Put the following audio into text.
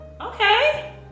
Okay